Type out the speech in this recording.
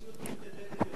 אבל המציאות מתקדמת יותר.